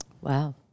Wow